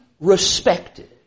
respected